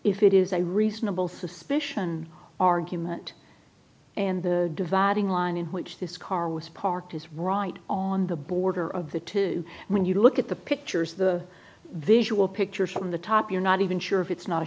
if it is a reasonable suspicion argument and the dividing line in which this car was parked is right on the border of the two when you look at the pictures the visual pictures from the top you're not even sure if it's not a